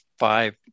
five